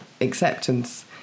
acceptance